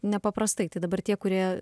nepaprastai tai dabar tie kurie